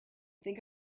think